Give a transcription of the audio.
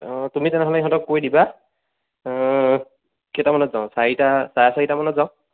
অঁ তুমি তেনেহ'লে ইহঁতক কৈ দিবা কেইটামানত যাওঁ চাৰিটা চাৰে চাৰিটামানত যাওঁ